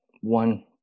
one